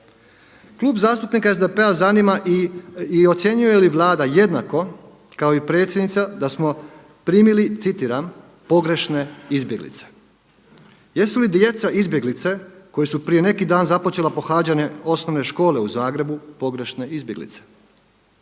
Klub zastupnika SDP-a zanima i ocjenjuje li Vlada jednako kao i predsjednica da smo primili citiram „Pogrešne izbjeglice“. Jesu li djeca izbjeglice koji su prije neki dan započela pohađanje osnovne škole u Zagrebu pogrešne izbjeglice?